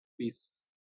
Peace